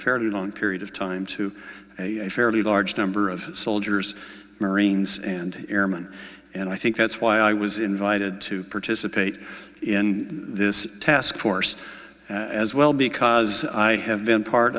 fairly long period of time to a fairly large number of soldiers marines and airmen and i think that's why i was invited to participate in this task force as well because i have been part